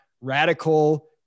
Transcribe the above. radical